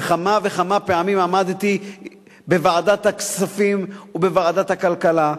וכמה וכמה פעמים עמדתי בוועדת הכספים ובוועדת הכלכלה.